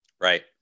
Right